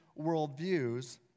worldviews